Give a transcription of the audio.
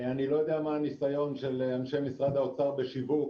אני לא יודע מה הניסיון של אנשי משרד האוצר בשיווק,